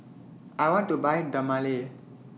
I want to Buy Dermale